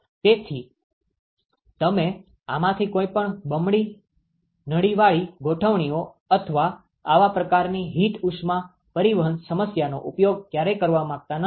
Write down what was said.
તેથી તમે આમાંથી કોઈ પણ બમણી નળીવાળી ગોઠવણીઓ અથવા આવા પ્રકારની હીટ ઉષ્મા પરિવહન સમસ્યાનો ઉપયોગ ક્યારેય કરવા માંગતા નથી